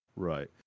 Right